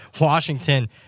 Washington